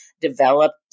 developed